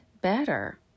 better